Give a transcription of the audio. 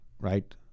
right